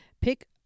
pick